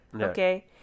Okay